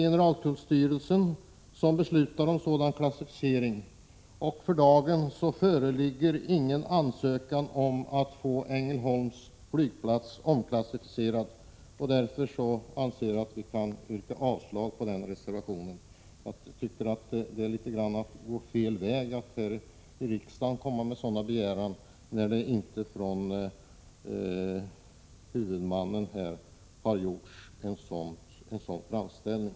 Generaltullstyrelsen beslutar om sådan klassificering, men för dagen föreligger ingen ansökan om omklassicifering av Ängelholms flygplats. Jag yrkar därför avslag på reservationen. Jag tycker att det är fel väg att här i riksdagen framföra ett sådant här krav när det inte gjorts någon framställning i frågan från huvudmannen.